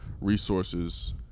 resources